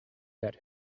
that